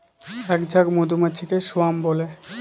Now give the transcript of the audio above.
এক ঝাঁক মধুমাছিকে স্বোয়াম বলে